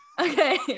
Okay